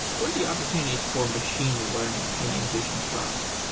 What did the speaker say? what are the opportunities for machine learning in invision's product?